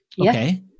Okay